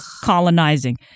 colonizing